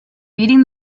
beating